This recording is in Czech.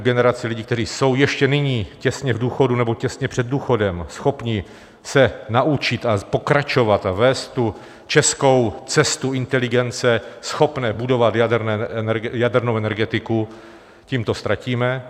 Generaci lidí, kteří jsou ještě nyní těsně v důchodu nebo těsně před důchodem, schopni se naučit a pokračovat a vést českou cestu inteligence, schopné budovat jadernou energetiku, tímto ztratíme.